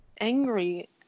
angry